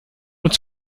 und